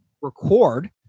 record